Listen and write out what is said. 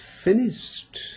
finished